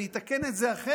אני אתקן את זה אחרת.